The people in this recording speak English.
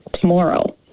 tomorrow